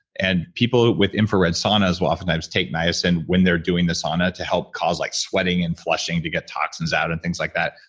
and people with infrared saunas will often times take niacin when they're doing the sauna to help cause like sweating and flushing to get toxins out and things like that.